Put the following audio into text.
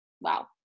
wow